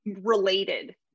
related